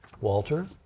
Walter